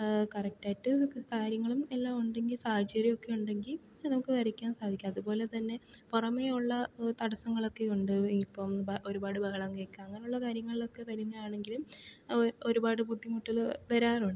കറക്റ്റായിട്ട് കാര്യങ്ങളും എല്ലാം ഉണ്ടെങ്കിൽ സാഹചര്യമൊക്കെ ഉണ്ടെങ്കിൽ നമുക്ക് വരയ്ക്കാൻ സാധിക്കും അതുപോലെ തന്നെ പുറമെ ഉള്ള തടസങ്ങൾ ഒക്കെയുണ്ട് ഇപ്പം ഒരുപാട് ബഹളം കേൾക്കുന്ന അങ്ങനെ ഉള്ള കാര്യങ്ങളിലൊക്കെ വരുമ്പോഴാണെങ്കിലും ഒ ഒരുപാട് ബുദ്ധിമുട്ടുകള് വരാറുണ്ട്